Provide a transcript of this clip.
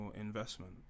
investment